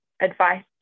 advice